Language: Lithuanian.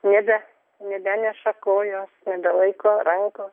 nebe nebeneša kojos nebelaiko rankos